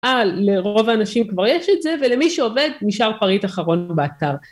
אה, לרוב האנשים כבר יש את זה, ולמי שעובד נשאר פריט אחרון באתר.